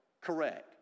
correct